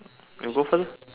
you go first ah